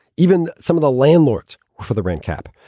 even some of the landlords for the rent cap.